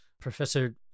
Professor